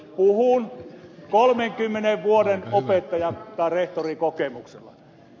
puhun kolmenkymmenen vuoden opettaja tai rehtorikokemuksella